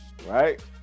right